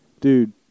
Dude